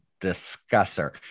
discusser